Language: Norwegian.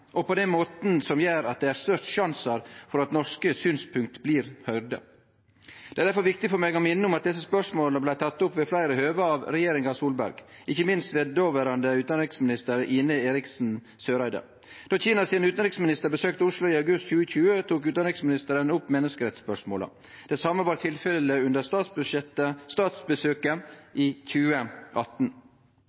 og på den måten som gjer at det er størst sjanse for at norske synspunkt blir høyrde. Det er difor viktig for meg å minne om at desse spørsmåla blei tekne opp ved fleire høve av Solberg-regjeringa, ikkje minst ved dåverande utanriksminister Ine Eriksen Søreide. Då Kina sin utanriksminister besøkte Oslo i august 2020, tok utanriksministeren opp menneskerettsspørsmåla. Det same var tilfellet under statsbesøket i 2018.